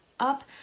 up